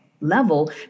level